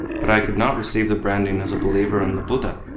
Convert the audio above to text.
but i could not receive the branding as a believer in the buddha.